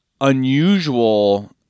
unusual